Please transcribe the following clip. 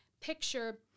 picture